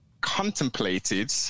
contemplated